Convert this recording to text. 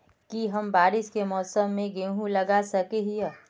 की हम बारिश के मौसम में गेंहू लगा सके हिए?